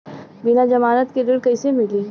बिना जमानत के ऋण कईसे मिली?